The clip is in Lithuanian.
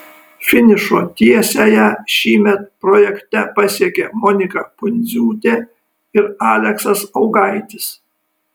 finišo tiesiąją šįmet projekte pasiekė monika pundziūtė ir aleksas augaitis